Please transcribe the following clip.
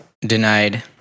denied